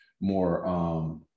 more, –